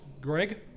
Greg